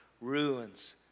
ruins